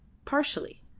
partially.